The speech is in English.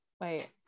wait